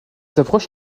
approche